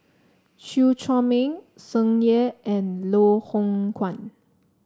Chew Chor Meng Tsung Yeh and Loh Hoong Kwan